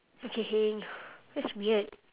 okay heng that's weird